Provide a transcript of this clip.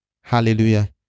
hallelujah